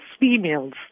females